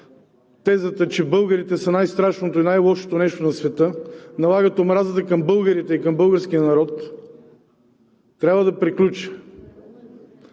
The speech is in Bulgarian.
тезата, че българите са най-страшното и най-лошото нещо на света, налагат омразата към българите и към българския народ – трябва да приключи.